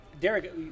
Derek